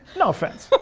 no offence. but